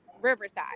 Riverside